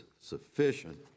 sufficient